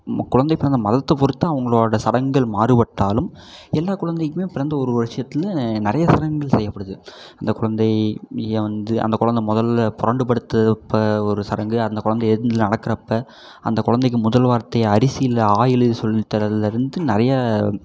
மா குழந்தை பிறந்த மதத்தை பொருத்து அவங்களோட சடங்குகள் மாறுபட்டாலும் எல்லா குழந்தைக்குமே பிறந்த ஒரு வருஷத்தில் நிறையா சடங்குகள் செய்யப்படுது அந்த குழந்தை மிக வந்து அந்த குழந்தை முதல்ல பிரண்டு படுத்து அப்போ ஒரு சடங்கு அந்த குழந்தை எழுந்து நடக்கறப்ப அந்த குழந்தைக்கு முதல் வார்த்தை அரிசியில் ஆ எழுதி சொல்லி தரதுலேருந்து நிறையா